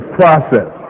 process